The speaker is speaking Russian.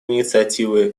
инициативы